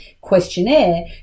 questionnaire